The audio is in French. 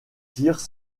tirent